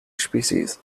species